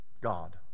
god